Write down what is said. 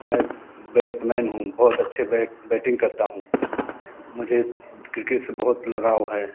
मैं bat man हूँ बहुत अच्छे बैट बैंटिग करता हूँ मुझे क्रिकेट से बहुत लगाव है